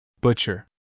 Butcher